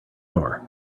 door